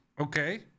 Okay